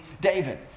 David